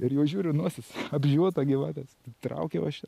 ir jau žiūriu nosis apžiota gyvatės tai traukiau aš ją